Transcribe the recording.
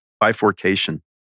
bifurcation